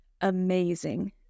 amazing